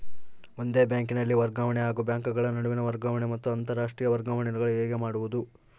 ಒಂದೇ ಬ್ಯಾಂಕಿನಲ್ಲಿ ವರ್ಗಾವಣೆ ಹಾಗೂ ಬ್ಯಾಂಕುಗಳ ನಡುವಿನ ವರ್ಗಾವಣೆ ಮತ್ತು ಅಂತರಾಷ್ಟೇಯ ವರ್ಗಾವಣೆಗಳು ಹೇಗೆ ಮಾಡುವುದು?